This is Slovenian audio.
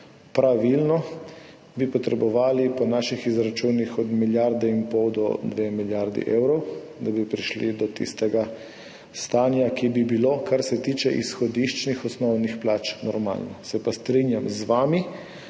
pravilno, bi potrebovali po naših izračunih od milijarde in pol do dve milijardi evrov, da bi prišli do tistega stanja, ki bi bilo, kar se tiče izhodiščnih osnovnih plač, normalno. Se pa strinjam z vami,